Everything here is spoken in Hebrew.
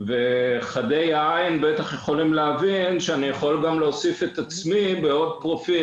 חדי העין יכולים להבחין שאני יכול גם להוסיף את עצמי בעוד פרופיל,